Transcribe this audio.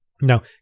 Now